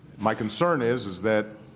my concern is, is that